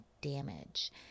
damage